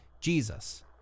Jesus